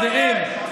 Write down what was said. חברים,